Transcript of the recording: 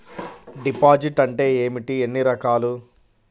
Deposit అంటే ఏమిటీ ఎన్ని రకాలు?